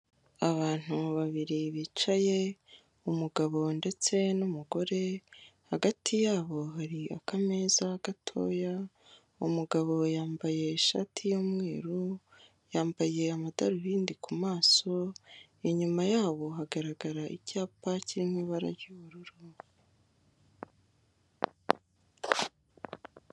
Abantu babiri bicaye umugabo ndetse n'umugore, hagati yabo hari akameza gatoya umugabo yambaye ishati y'umweru yambaye amadarubindi ku maso, inyuma yabo hagaragara icyapa kirimo ibara ry'ubururu.